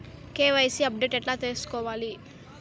KYC update ఎట్లా సేసుకోవాలి?